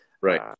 right